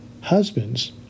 Husbands